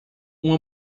uma